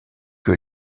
que